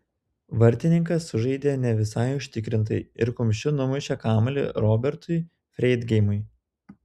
vartininkas sužaidė ne visai užtikrinai ir kumščiu numušė kamuolį robertui freidgeimui